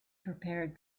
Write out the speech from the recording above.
prepared